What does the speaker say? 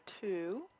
two